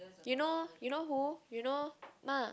you know you know who you know ma